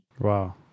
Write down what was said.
Wow